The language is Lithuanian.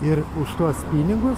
ir už tuos pinigus